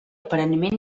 aparentment